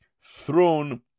throne